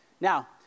Now